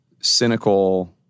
cynical